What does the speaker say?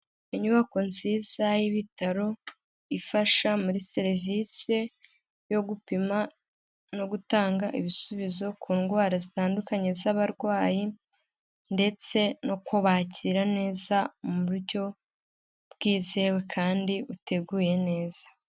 Inyubako nziza y'ibitaro ifasha muri serivise yo gupima no gutanga ibisubizo ku ndwara zitandukanye z'abarwayi ndetse no kubakira neza mu buryo bwizewe kandi buteguye neza.